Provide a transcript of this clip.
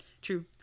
True